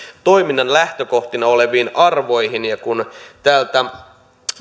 toiminnan lähtökohtina oleviin arvoihin ja kun täältä